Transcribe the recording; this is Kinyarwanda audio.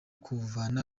kuvana